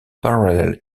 parallel